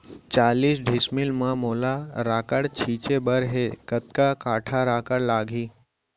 चालीस डिसमिल म मोला राखड़ छिंचे बर हे कतका काठा राखड़ लागही?